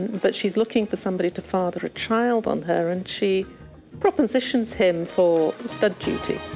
but she's looking for somebody to father a child on her and she propositions him for said duty.